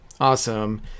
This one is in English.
awesome